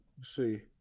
see